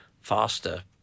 faster